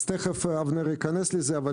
תכף אבנר ייכנס לזה.